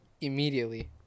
immediately